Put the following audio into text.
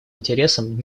интересам